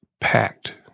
packed